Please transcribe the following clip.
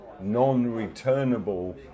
non-returnable